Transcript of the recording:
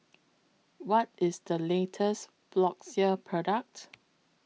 What IS The latest Floxia Product